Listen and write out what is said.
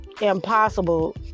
impossible